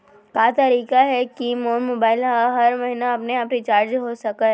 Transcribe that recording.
का तरीका हे कि मोर मोबाइल ह हर महीना अपने आप रिचार्ज हो सकय?